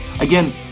again